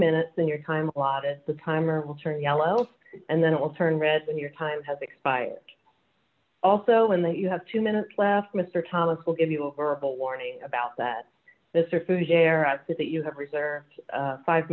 minutes in your time allotted the time or will turn yellow and then it will turn red when your time has expired also in that you have two minutes left mr thomas will give you a verbal warning about that this or fujairah says that you have reserved five